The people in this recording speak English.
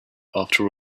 after